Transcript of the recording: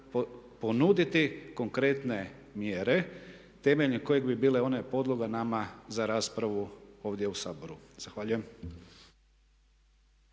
ponuditi konkretne mjere temeljem kojeg bi bile one podloga nama za raspravu ovdje u Saboru. Zahvaljujem.